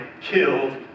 killed